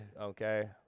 Okay